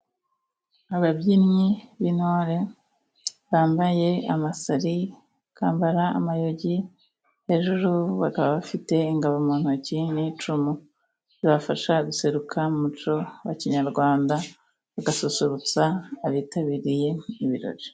Ababyinnyi b'intore bambaye amasari, bakambara amayogi ,hejuru bakaba bafite ingabo mu ntoki n'icumu, zibafasha guseruka mu muco wa kinyarwanda bagasusurutsa abitabiriye ibirori.